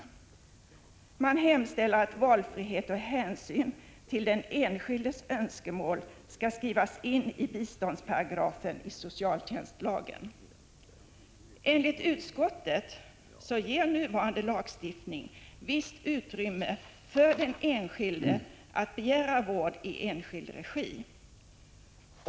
Moderaterna hemställer att valfrihet och hänsyn till den enskildes önskemål skall skrivas in i biståndsparagrafen i socialtjänstlagen. Enligt utskottet ger nuvarande lagstiftning ett visst utrymme för den enskilde att begära vård i enskild regi.